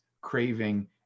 craving